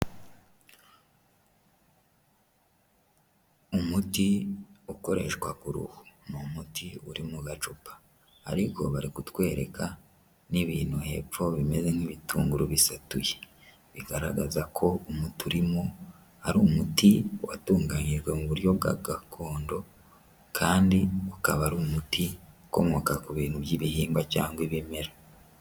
Umuti ukoreshwa ku ruhu ni umuti uri mu gacupa ariko bari kutwereka n'ibintu hepfo bimeze nk'ibitunguru bisatuye, bigaragaza ko umutu urimo ari umuti watunganiyijwe mu buryo bwa gakondo kandi ukaba ari umuti ukomoka ku bintu by'ibihingwa cyangwa ibimera.